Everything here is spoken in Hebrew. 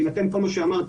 בהינתן כל מה שאמרתי,